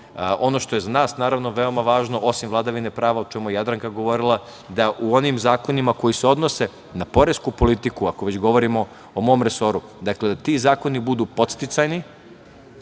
što je za nas, naravno, veoma važno, osim vladavine prava, o čemu je Jadranka govorila, da u onim zakonima koji se odnose na poresku politiku, ako već govorimo o mom resoru, da ti zakoni budu podsticajni,